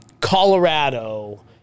Colorado